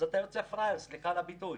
אז אתה יוצא פראייר, סליחה על הביטוי.